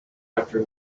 after